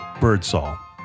Birdsall